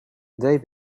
they